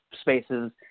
spaces